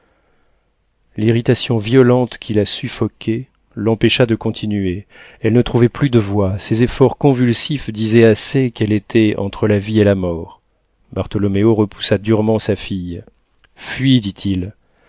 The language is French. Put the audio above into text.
l'irritation violente qui la suffoquait l'empêcha de continuer elle ne trouvait plus de voix ses efforts convulsifs disaient assez qu'elle était entre la vie et la mort bartholoméo repoussa durement sa fille fuis dit-il